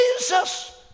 Jesus